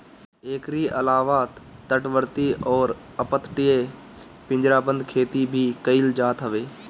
एकरी अलावा तटवर्ती अउरी अपतटीय पिंजराबंद खेती भी कईल जात हवे